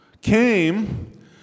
came